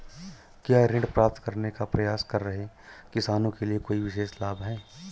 क्या ऋण प्राप्त करने का प्रयास कर रहे किसानों के लिए कोई विशेष लाभ हैं?